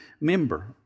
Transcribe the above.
member